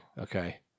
Okay